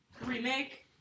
remake